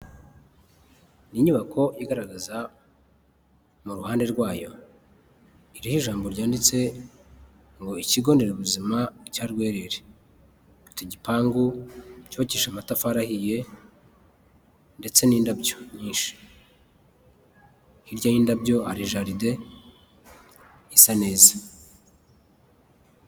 Ni inyubako igaragaza mu ruhande rwayo iriho ijambo ryanditse ngo ikigo nderabuzima cya Rwerere, ifite igipangu cyubakishije amatafari ahiye ndetse n'indabyo nyinshi, hirya y'indabyo hari jaride isa neza.